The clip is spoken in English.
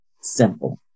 simple